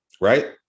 right